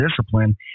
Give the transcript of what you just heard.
discipline